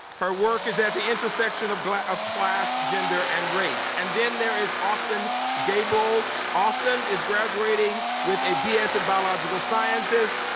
her work is at the intersection of of class, gender and race. and then there is austin gabel. austin is graduating with a b s. in biological sciences.